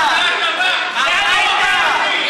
שלכם, לך הביתה,